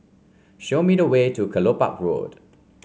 show me the way to Kelopak Road